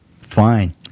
fine